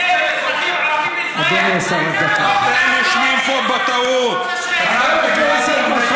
שלא יאשים את הערבים,